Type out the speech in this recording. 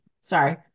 sorry